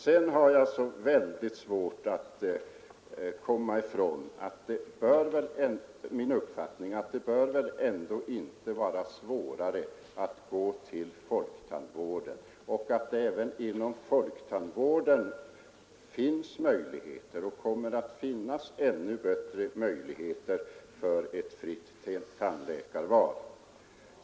Sedan har jag väldigt svårt att komma ifrån min uppfattning att det väl ändå inte bör vara svårare att gå till folktandvården och att det även inom folktandvården finns möjligheter och kommer att finnas ännu större möjligheter för ett fritt tandläkarval.